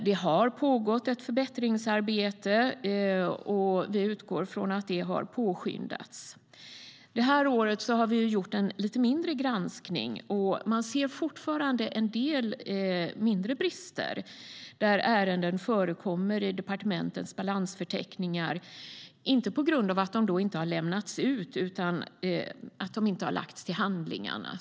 Det har pågått ett förbättringsarbete, och vi utgår ifrån att det har påskyndats.I år har vi gjort en lite mindre granskning. Man ser fortfarande en del mindre brister där ärenden förekommer i departementens balansförteckningar, inte på grund av att de inte har lämnats ut utan på grund av att de inte har lagts till handlingarna.